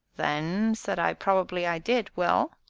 then, said i, probably i did. well?